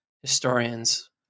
historian's